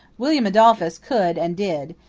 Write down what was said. william adolphus could and did.